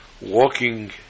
walking